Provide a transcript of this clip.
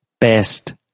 best